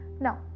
Now